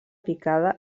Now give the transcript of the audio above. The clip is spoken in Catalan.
picada